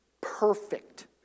perfect